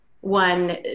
one